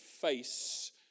face